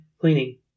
cleaning